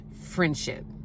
friendship